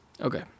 Okay